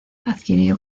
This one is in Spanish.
adquirió